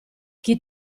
chi